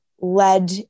led